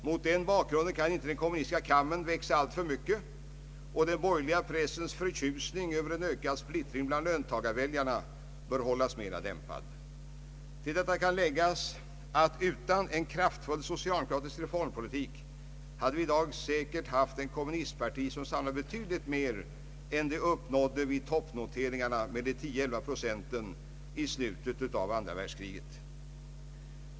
Mot den bakgrunden kan inte den kommunistiska kammen växa alltför mycket, och den borgerliga pressens förtjusning över en ökad splittring bland löntagarväljarna bör hållas mera dämpad. Till detta kan läggas att utan en kraftfull socialdemokratisk reformpolitik hade vi i dag säkert haft ett kommunistparti som samlat betydligt mer än det uppnådde vid toppnoteringarna med 10—11 procent i slutet av andra världskriget.